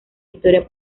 historia